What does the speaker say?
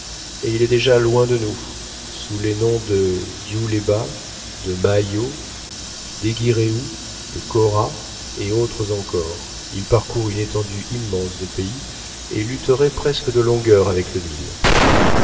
et il est déjà loin de nous sous les noms de dhiouleba de mayo d'egghirreou de quorra et autres encore il parcourt une étendue immense de pays et lutterait presque de longueur avec le nil